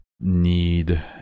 need